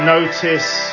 Notice